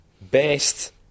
Best